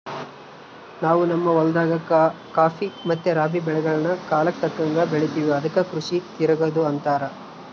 ನಾವು ನಮ್ಮ ಹೊಲದಾಗ ಖಾಫಿ ಮತ್ತೆ ರಾಬಿ ಬೆಳೆಗಳ್ನ ಕಾಲಕ್ಕತಕ್ಕಂಗ ಬೆಳಿತಿವಿ ಅದಕ್ಕ ಕೃಷಿ ತಿರಗದು ಅಂತಾರ